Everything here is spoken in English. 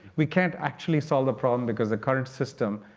we can't actually solve the problem, because the current system.